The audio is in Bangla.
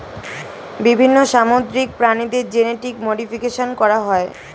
বিভিন্ন সামুদ্রিক প্রাণীদের জেনেটিক মডিফিকেশন করা হয়